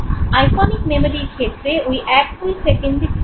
iconic মেমোরির ক্ষেত্রে ঐ এক দুই সেকেন্ডে কী হয়